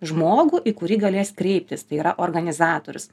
žmogų į kurį galės kreiptis tai yra organizatorius